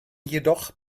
jedoch